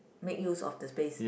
make use of the space